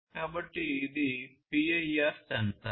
కాబట్టి ఇది PIR censor